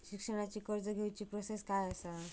शिक्षणाची कर्ज घेऊची प्रोसेस काय असा?